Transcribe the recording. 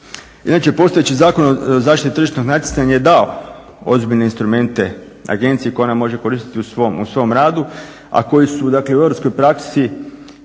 Inače, postojeći Zakon o zaštiti tržišnog natjecanja je dao ozbiljne instrumente agenciji koja nam može koristiti u svom radu, a koju su dakle u europskoj praksi,